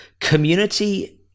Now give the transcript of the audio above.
community